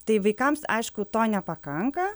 tai vaikams aišku to nepakanka